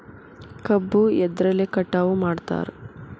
ಕಬ್ಬು ಎದ್ರಲೆ ಕಟಾವು ಮಾಡ್ತಾರ್?